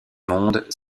monde